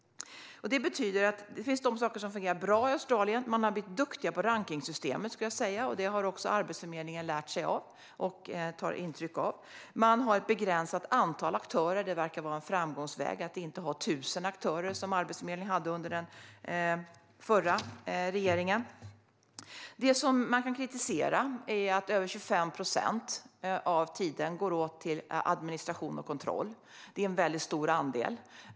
Det finns saker som fungerar bra i Australien. Man har blivit duktig på rankningssystemet, skulle jag säga, och det har också Arbetsförmedlingen lärt sig av. Man har ett begränsat antal aktörer. Det verkar vara en framgångsväg att inte ha tusen aktörer, som ju Arbetsförmedlingen hade under den förra regeringen. Det man kan kritisera är att över 25 procent av tiden går åt till administration och kontroll. Det är en väldigt stor andel.